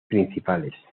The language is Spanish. principales